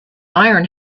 iron